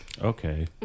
Okay